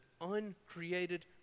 uncreated